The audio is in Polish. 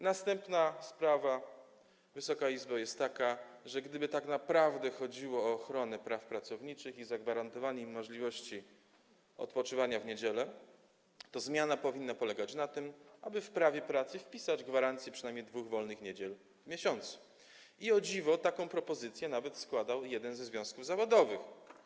Następna sprawa, Wysoka Izbo, jest taka, że gdyby tak naprawdę chodziło o ochronę praw pracowników i zagwarantowanie im możliwości odpoczywania w niedzielę, to zmiana powinna polegać na tym, aby w prawie pracy wpisać gwarancję przynajmniej dwóch wolnych niedziel w miesiącu, i o dziwo taką propozycję nawet składał jeden ze związków zawodowych.